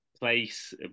place